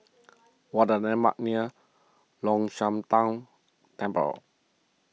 what are the landmarks near Long Shan Tang Temple